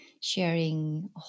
sharing